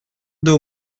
deux